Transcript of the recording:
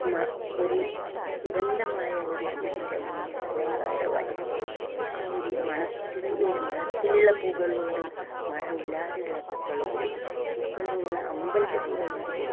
മ ഒരു സുഗന്ധമായ ഒരു വീടിൻ്റെ മുമ്പിൽ അലങ്കാരവായിട്ടും ആ ഒരു മണത്തിന് മണത്തിലുള്ള പൂക്കളുണ്ട് മണമില്ലാതെയുള്ള പൂക്കളുണ്ട് പൂക്കൾ ഞങ്ങൾ അമ്പലത്തിലേക്ക് വേണ്ടീട്ട് കൊടുക്കും